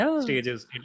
stages